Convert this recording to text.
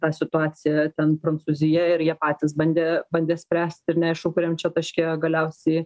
tą situaciją ten prancūzija ir jie patys bandė bandė spręsti ir neaišku kuriam čia taške galiausiai